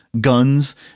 guns